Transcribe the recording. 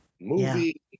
movie